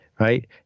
right